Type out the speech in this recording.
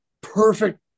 perfect